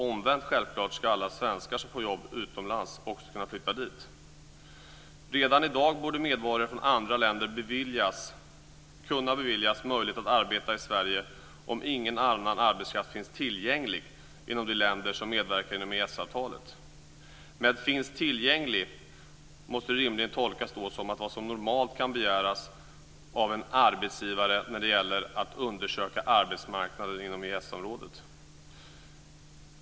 Omvänt ska självfallet också alla svenskar som får jobb utomlands kunna flytta dit. Redan i dag borde medborgare från andra länder kunna beviljas möjlighet att arbeta i Sverige om ingen annan arbetskraft finns tillgänglig inom de länder som medverkar inom EES-avtalet. "Finns tillgänglig" måste rimligen tolkas som vad som normalt kan begäras av en arbetsgivare när det gäller att undersöka arbetsmarknaden inom EES-området.